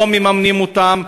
לא מממנים אותם,